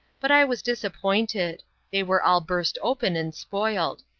but i was disappointed they were all burst open and spoiled.